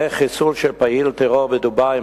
איך חיסול של פעיל טרור בדובאי,